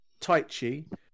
Taichi